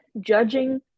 judging